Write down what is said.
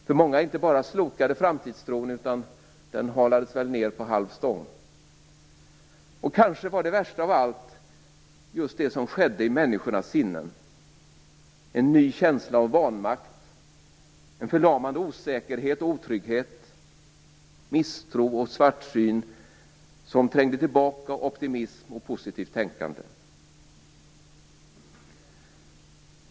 Framtidstron inte bara slokade för många, utan den halades väl ned på halv stång. Det värsta av allt var kanske just det som skedde i människornas sinnen, nämligen en ny känsla av vanmakt, en förlamande osäkerhet och otrygghet, misstro och svartsyn som trängde tillbaka optimism och positivt tänkande.